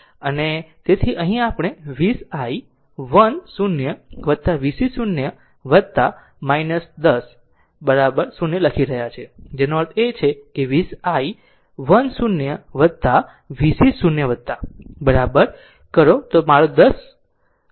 તેથી અહીં આપણે 20 i 1 0 vc 0 10 0 લખી રહ્યા છીએ જેનો અર્થ છે 20 i 1 0 vc 0 કરો